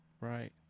Right